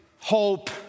hope